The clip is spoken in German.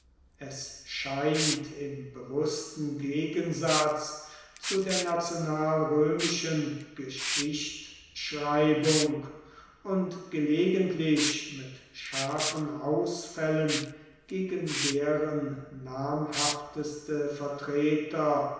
es scheint im bewußten gegensatz zu der nationalrömischen geschichtschreibung und gelegentlich mit scharfen ausfällen gegen deren namhafteste vertreter